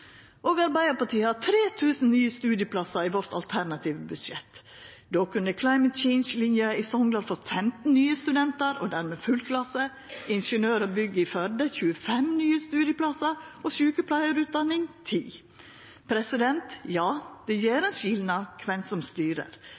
Vi i Arbeidarpartiet har 3 000 nye studieplassar i vårt alternative budsjett. Då kunne Climate Change-lina i Sogndal fått 15 nye studentar og dermed full klasse, ingeniør- og bygg i Førde 25 nye studieplassar og sjukepleiarutdanninga 10. Ja, det gjer ein skilnad kven som styrer.